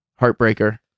Heartbreaker